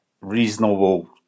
reasonable